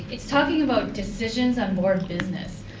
it's talking about decisions on board business.